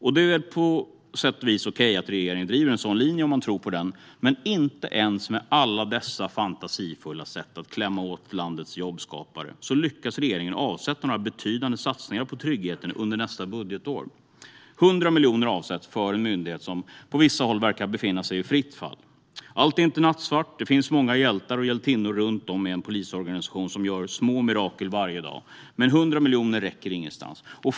Det är väl på sätt och vis okej att regeringen driver en sådan linje om man tror på den. Men inte ens med alla dessa fantasifulla sätt att klämma åt landets jobbskapare lyckas regeringen avsätta några betydande satsningar på tryggheten under nästa budgetår. Man avsätter 100 miljoner för en myndighet som på vissa håll verkar befinna sig i fritt fall. Allt är inte nattsvart. Det finns många hjältar och hjältinnor runt om i en polisorganisation som gör små mirakel varje dag. Men 100 miljoner räcker ingenvart.